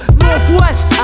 northwest